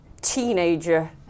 teenager